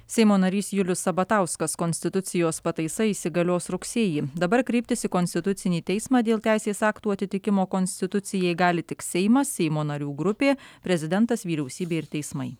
seimo narys julius sabatauskas konstitucijos pataisa įsigalios rugsėjį dabar kreiptis į konstitucinį teismą dėl teisės aktų atitikimo konstitucijai gali tik seimas seimo narių grupė prezidentas vyriausybė ir teismai